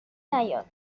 نیاد